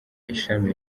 ishami